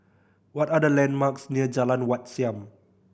what are the landmarks near Jalan Wat Siam